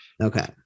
Okay